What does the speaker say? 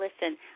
listen